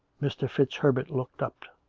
mr. fitzherbert looked up.